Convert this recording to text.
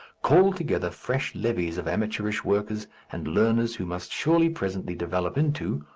call together fresh levies of amateurish workers and learners who must surely presently develop into,